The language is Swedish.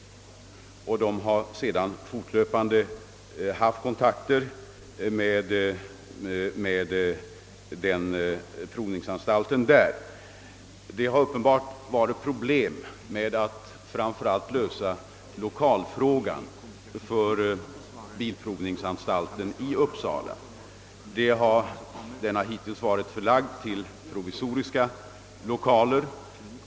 Den har sedan fortlöpande haft kontakter med denna provningsanstalt. Uppenbart har man haft problem framför allt när det gällt att lösa lokalfrågan för bilprovningsanstalten i Uppsala. Den har hittills varit förlagd till provisoriska lokaler.